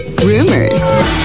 rumors